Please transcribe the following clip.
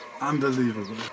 Unbelievable